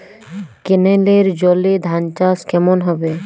কেনেলের জলে ধানচাষ কেমন হবে?